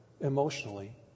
emotionally